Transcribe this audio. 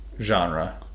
genre